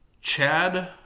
Chad